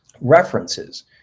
references